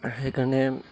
সেইকাৰণে